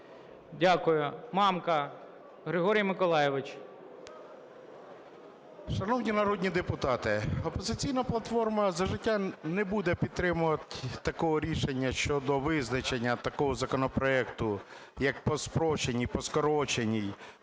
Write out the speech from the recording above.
Дякую. Мамка Григорій Миколайович. 15:00:30 МАМКА Г.М. Шановні народні депутати, "Опозиційна платформа – За життя" не буде підтримувати таке рішення щодо визначення такого законопроекту як по спрощеній, по скороченій,